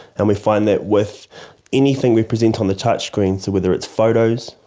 and we find that with anything we present on the touchscreen, so whether it's photos,